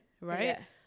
right